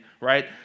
right